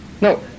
No